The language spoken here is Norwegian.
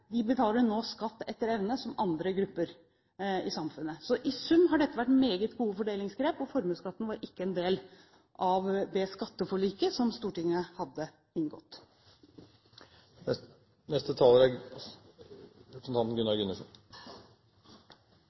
nå betaler skatt etter evne, som andre grupper i samfunnet. I sum har dette vært meget gode fordelingsgrep, og formuesskatten var ikke en del av det skatteforliket som Stortinget hadde inngått.